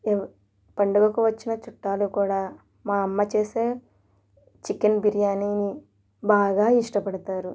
ఎవ్ పండుగకు వచ్చిన చుట్టాలు కూడా మా అమ్మ చేసే చికెన్ బిర్యానీని బాగా ఇష్టపడతారు